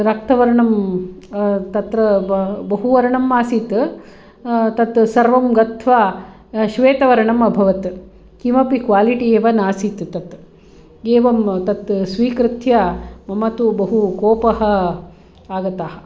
रक्तवर्णं तत्र बहुवर्णम् आसीत् तत् सर्वं गत्वा श्वेतवर्णम् अभवत् किमपि क्वालिटी एव नासीत् तत् एवं तत् स्वीकृत्य मम तु बहुकोपः आगतः